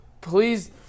please